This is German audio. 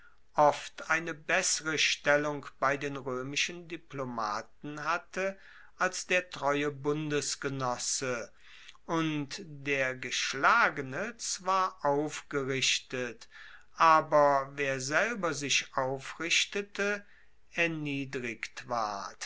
oft eine bessere stellung bei den roemischen diplomaten hatte als der treue bundesgenosse und der geschlagene zwar aufgerichtet aber wer selber sich aufrichtete erniedrigt ward